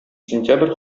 сентябрь